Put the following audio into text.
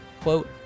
Quote